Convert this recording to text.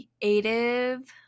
creative